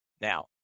Now